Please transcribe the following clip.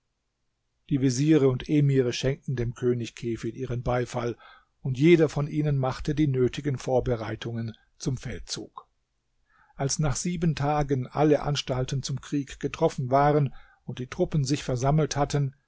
die veziere und emire schenkten dem könig kefid ihren beifall und jeder von ihnen machte die nötigen vorbereitungen zum feldzug als nach sieben tagen alle anstalten zum krieg getroffen waren und die truppen sich versammelt hatten